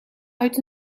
uit